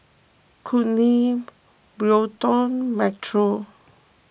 Kourtney Bryton Metro